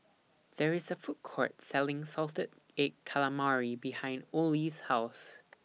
There IS A Food Court Selling Salted Egg Calamari behind Ollie's House